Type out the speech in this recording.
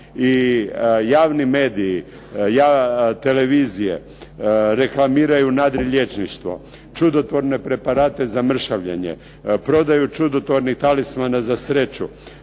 I javni mediji televizije reklamiraju nadrilječništvo, čudotvorne preparate za mršavljenje, prodaju čudotvorni talisman za sreću,